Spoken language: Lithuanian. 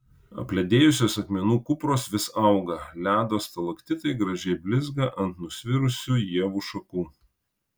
apledėjusios akmenų kupros vis auga ledo stalaktitai gražiai blizga ant nusvirusių ievų šakų